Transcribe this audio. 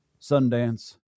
Sundance